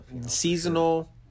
Seasonal